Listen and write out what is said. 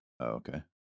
okay